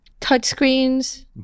touchscreens